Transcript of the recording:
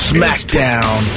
Smackdown